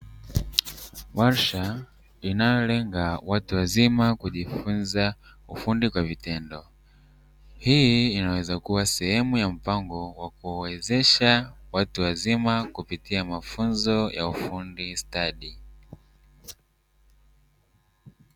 Warsha inayolenga watu wazima kujifunza ufundi kwa vitendo hii inaweza kuwa sehemu ya mpango wa kuwawezesha watu wazima kupitia mafunzo ya ufundi stadi